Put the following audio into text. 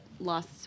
lost